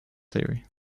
theory